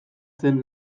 zen